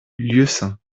lieusaint